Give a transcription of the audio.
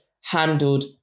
handled